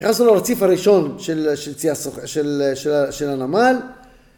היה זה הרציף הראשון של הנמל